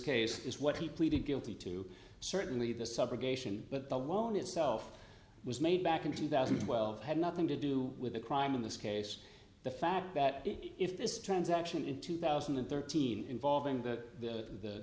case is what he pleaded guilty to certainly the subrogation but the loan itself was made back in two thousand and twelve had nothing to do with the crime in this case the fact that if this transaction in two thousand and thirteen involving the